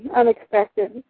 unexpected